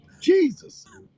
Jesus